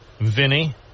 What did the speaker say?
Vinny